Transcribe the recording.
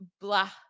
blah-